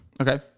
Okay